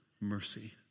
mercy